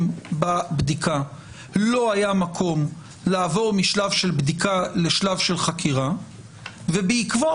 בבדיקה לא היה מקום לעבור משלב של בדיקה לשלב של חקירה ובעקבות